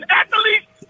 athletes